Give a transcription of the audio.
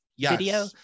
Video